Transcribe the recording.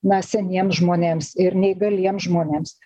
na seniems žmonėms ir neįgaliems žmonėms